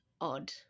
odd